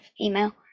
email